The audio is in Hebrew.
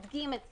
אדגים את זה.